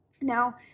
now